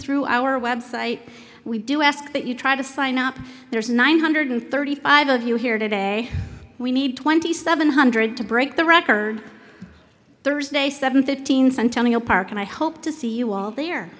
through our website we do ask that you try to sign up there is nine hundred thirty five of you here today we need twenty seven hundred to break the record thursday seven fifteen centennial park and i hope to see you all there